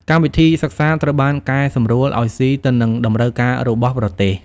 កម្មវិធីសិក្សាត្រូវបានកែសម្រួលឱ្យស៊ីទៅនឹងតម្រូវការរបស់ប្រទេស។